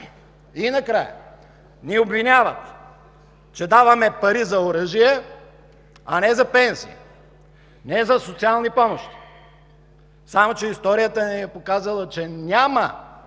И накрая, обвиняват ни, че даваме пари за оръжие, а не за пенсии, не за социални помощи. Само че историята ни е показала, че няма